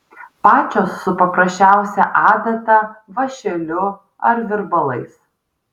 pačios su paprasčiausia adata vąšeliu ar virbalais